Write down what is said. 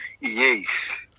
Yes